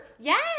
Yes